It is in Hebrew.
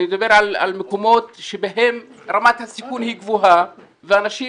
אני מדבר על מקומות בהם רמת הסיכון היא גבוהה ולא כדאי